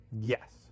Yes